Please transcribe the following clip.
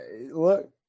look